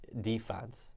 defense